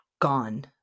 gone